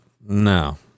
no